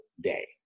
day